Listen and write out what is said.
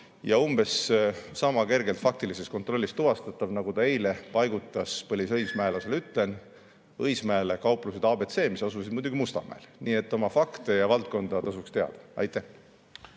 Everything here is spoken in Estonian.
ja umbes sama kergelt faktilises kontrollis tuvastatav, nagu ta eile paigutas, põlisõismäelasena ütlen, Õismäele kauplused ABC, mis asusid muidugi Mustamäel. Nii et oma fakte ja valdkonda tasuks teada. Aitäh!